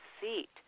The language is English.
seat